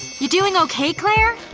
you doing okay, clair?